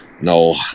no